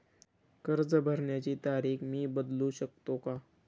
कर्ज भरण्याची तारीख मी बदलू शकतो का?